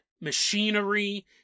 machinery